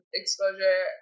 exposure